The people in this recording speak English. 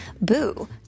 Boo